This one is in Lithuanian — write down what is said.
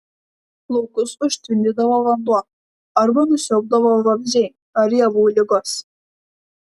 laukus užtvindydavo vanduo arba nusiaubdavo vabzdžiai ar javų ligos